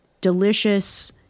delicious